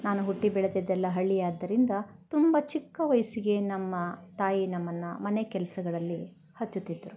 ನಾನು ಹುಟ್ಟಿ ಬೆಳೆದಿದ್ದೆಲ್ಲ ಹಳ್ಳಿ ಆದ್ದರಿಂದ ತುಂಬ ಚಿಕ್ಕ ವಯಸ್ಸಿಗೆ ನಮ್ಮ ತಾಯಿ ನಮ್ಮನ್ನು ಮನೆಕೆಲಸಗಳಲ್ಲಿ ಹಚ್ಚುತ್ತಿದ್ರು